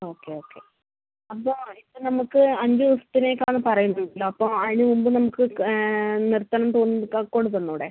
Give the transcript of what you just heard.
okay okay അപ്പോൾ ഇപ്പോൾ നമുക്ക് അഞ്ച് ദിവസത്തിനേക്കാണ് എന്ന് പറയുന്നുണ്ടല്ലോ അപ്പോൾ അതിനുമുമ്പ് നമുക്ക് നിർത്തണം തോന്നിയെങ്കിൽ കൊണ്ടുത്തന്നൂടെ